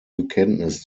bekenntnis